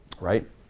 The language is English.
Right